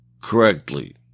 correctly